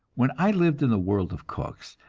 when i lived in the world of cooks,